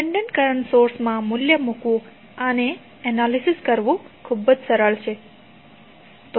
dependent current સોર્સમાં મૂલ્ય મૂકવું અને એનાલિસિસ કરવું સરળ હતું